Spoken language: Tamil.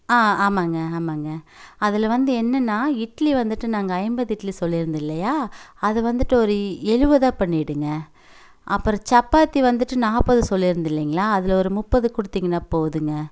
ஆ ஆமாங்க ஆமாங்க அதில் வந்து என்னென்னால் இட்லி வந்துட்டு நாங்கள் ஐம்பது இட்லி சொல்லியிருந்தோம் இல்லையா அது வந்துட்டு ஒரு எழுவதா பண்ணிடுங்க அப்புறம் சப்பாத்தி வந்துட்டு நாற்பது சொல்லியிருந்தோம் இல்லைங்களா அதில் ஒரு முப்பது கொடுத்தீங்கன்னா போதுங்க